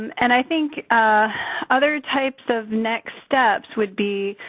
and i think other types of next steps would be,